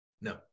No